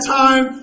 time